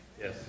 yes